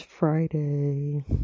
Friday